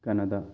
Canada